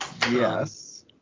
Yes